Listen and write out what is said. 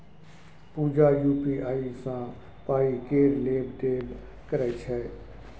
पुजा UPI सँ pay केर लेब देब करय छै